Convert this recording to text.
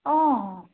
অঁ